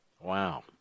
Wow